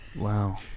Wow